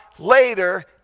later